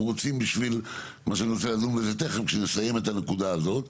רוצים בשביל מה שאני רוצה לדון בזה תיכף כשנסיים את הנקודה הזאת,